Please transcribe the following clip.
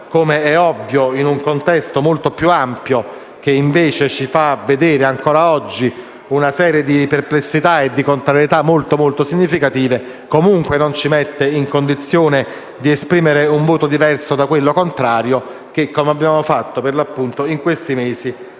come è ovvio - in un contesto molto più ampio, che invece ci fa vedere ancora oggi una serie di perplessità e di contrarietà molto significative, comunque non ci mette in condizione di esprimere un voto diverso da quello contrario che, come abbiamo fatto in questi mesi,